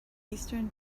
eastern